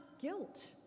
guilt